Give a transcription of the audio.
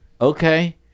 Okay